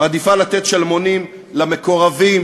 מעדיפה לתת שלמונים למקורבים,